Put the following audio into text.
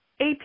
AP